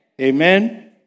Amen